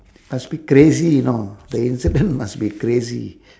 must be crazy you know the incident must be crazy